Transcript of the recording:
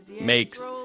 makes